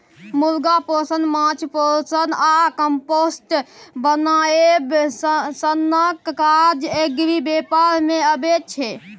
मुर्गा पोसब, माछ पोसब आ कंपोस्ट बनाएब सनक काज एग्री बेपार मे अबै छै